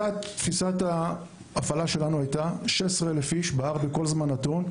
תפיסת ההפעלה שלנו הייתה 16,000 אנשים בהר בכל זמן נתון,